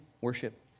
worship